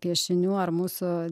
piešinių ar mūsų